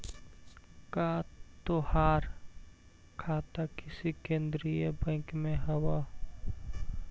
का तोहार खाता किसी केन्द्रीय बैंक में हव